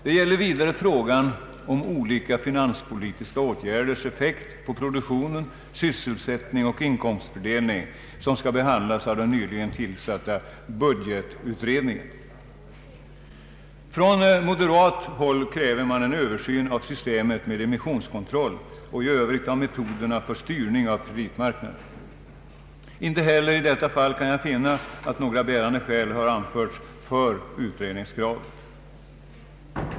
Det gäller vidare frågan om olika finanspolitiska åtgärders effekt på produktion, sysselsättning och inkomstfördelning, som skall behandlas av den nyligen tillsatta budgetutredningen. Från moderat håll kräver man en översyn av systemet med emissionskontroll och i övrigt av metoderna för styrning av kreditmarknaden. Inte heller i detta fall kan jag finna att några bärande skäl har anförts för utredningskravet.